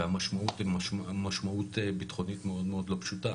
והמשמעות היא משמעות ביטחונית מאוד מאוד לא פשוטה